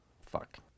fuck